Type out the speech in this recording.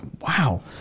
Wow